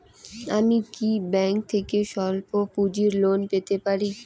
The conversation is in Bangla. আমি কি ব্যাংক থেকে স্বল্প পুঁজির লোন পেতে পারি?